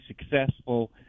successful